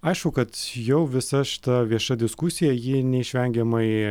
aišku kad jau visa šita vieša diskusija ji neišvengiamai